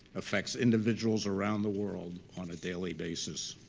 affects individuals around the world on a daily basis.